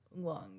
long